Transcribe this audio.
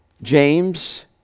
james